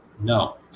No